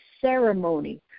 ceremony